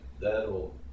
that'll